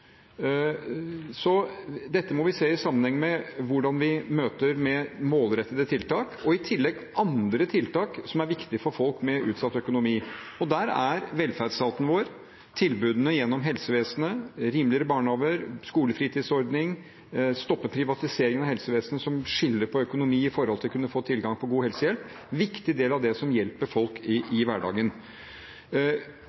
Dette må vi se i sammenheng med hvordan vi møter det med målrettede tiltak, og i tillegg andre tiltak som er viktige for folk med utsatt økonomi. Der er velferdsstaten vår – tilbudene gjennom helsevesenet, rimeligere barnehager, skolefritidsordning, å stoppe privatiseringen av helsevesenet, som skiller på økonomi med hensyn til å kunne få tilgang på god helsehjelp – en viktig del av det som hjelper folk i